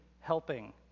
helping